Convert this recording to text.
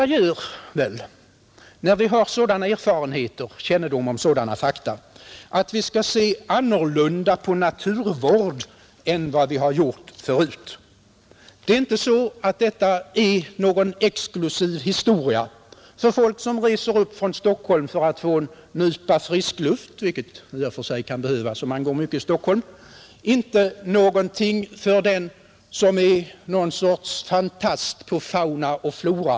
När vi har sådana erfarenheter och kännedom om sådana fakta gör detta väl att vi kan se annorlunda på naturvård än vad vi har gjort förut. Det är inte någon exklusiv historia för folk som reser upp för att få en nypa frisk luft — vilket i och för sig kan behövas om man går mycket i Stockholm. Det är inte någonting bara för den som är fantast på fauna och flora.